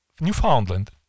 Newfoundland